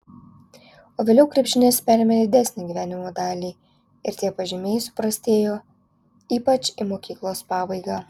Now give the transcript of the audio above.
o vėliau krepšinis perėmė didesnę gyvenimo dalį ir tie pažymiai suprastėjo ypač į mokyklos pabaigą